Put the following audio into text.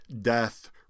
death